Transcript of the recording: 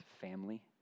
family